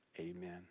amen